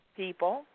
people